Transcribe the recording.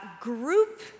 Group